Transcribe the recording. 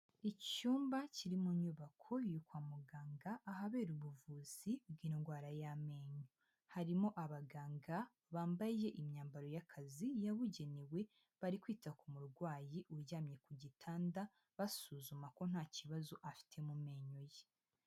Icyumba kiri mu nyubako yo kwa muganga ahabera ubuvuzi bw'indwara y'amenyo, harimo abaganga bambaye imyambaro y'akazi yabugenewe bari kwita ku murwayi uryamye ku gitanda, basuzuma ko nta kibazo afite mu menyo ye.